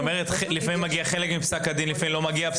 היא אומרת שלפעמים מגיע חלק מפסק הדין ולפעמים לא מגיע.